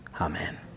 Amen